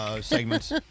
segments